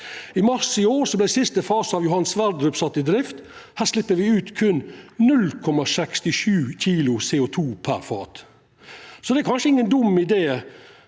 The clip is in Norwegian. I mars i år vart siste fase av Johan Sverdrup sett i drift. Her slepp me ut berre 0,67 kg CO2 per fat. Så det er kanskje ingen dum idé